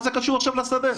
מה זה קשור עכשיו לשדה?